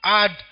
add